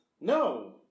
No